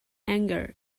anger